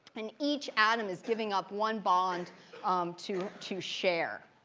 and each atom is giving up one bond to to share.